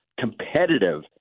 competitive